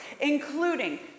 including